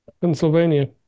Pennsylvania